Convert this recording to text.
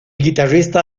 guitarrista